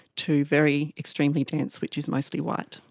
to very extremely dense, which is mostly white.